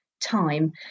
time